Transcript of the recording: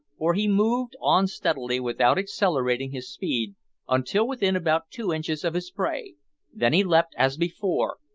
for he moved on steadily without accelerating his speed until within about two inches of his prey then he leapt as before,